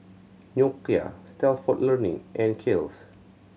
Nokia Stalford Learning and Kiehl's